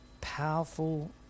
powerful